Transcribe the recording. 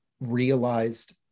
realized